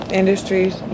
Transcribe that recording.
industries